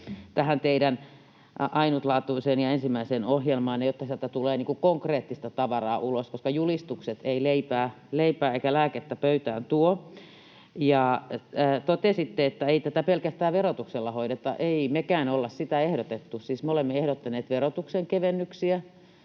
tähän teidän ainutlaatuiseen ja ensimmäiseen ohjelmaanne, jotta sieltä tulee konkreettista tavaraa ulos, koska julistukset eivät leipää eivätkä lääkettä pöytään tuo. Totesitte, että ei tätä pelkästään verotuksella hoideta. Ei mekään olla sitä ehdotettu. Siis me olemme ehdottaneet verotuksen kevennyksiä